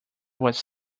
was